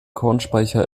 kornspeicher